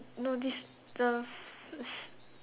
no this the s~